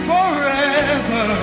Forever